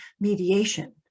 mediation